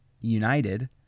united